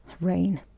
Rain